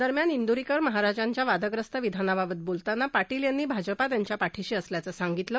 दरम्यान इंदुरीकर महाराजांच्या वादग्रस्त विधानाबद्दल बोलताना पाटील यांनी भाजपा त्यांच्या पाठिशी असल्याचं सांगितलं